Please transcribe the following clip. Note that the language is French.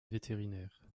vétérinaire